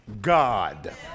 God